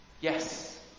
Yes